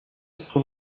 quatre